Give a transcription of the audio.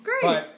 great